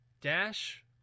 Dash